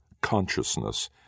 consciousness